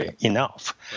enough